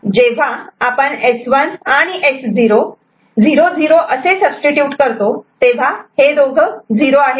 जेव्हा आपण S1 आणि S0 00 असे सबटीट्यूट करतो तेव्हा हे दोघं 0 आहेत